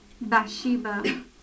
Bathsheba